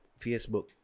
Facebook